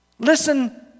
Listen